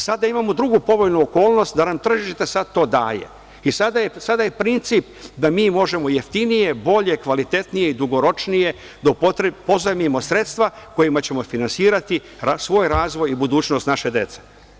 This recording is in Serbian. Sada imamo drugu povoljnu okolnost da nam tržište sada to daje i sada je princip da mi možemo jeftinije, bolje, kvalitetnije, dugoročnije pozajmimo sredstva kojima ćemo finansirati svoj razvoj i budućnost naše dece.